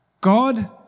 God